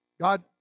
God